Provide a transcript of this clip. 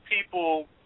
people